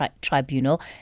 tribunal